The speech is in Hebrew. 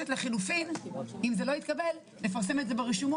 יש לכם בעיה ואתם צריכים להוריד את סעיף 11?